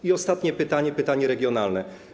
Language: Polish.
I ostatnie pytanie, pytanie regionalne.